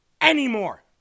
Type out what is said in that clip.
anymore